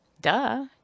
duh